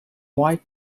white